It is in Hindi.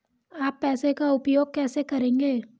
आप पैसे का उपयोग कैसे करेंगे?